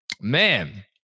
man